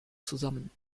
zusammen